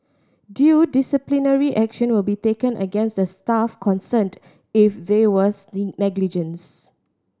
due disciplinary action will be taken against the staff concerned if there was negligence